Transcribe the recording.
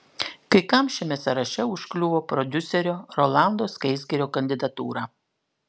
kai kam šiame sąraše užkliuvo prodiuserio rolando skaisgirio kandidatūra